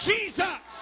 Jesus